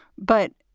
but